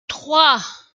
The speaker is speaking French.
trois